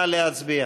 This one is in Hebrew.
נא להצביע.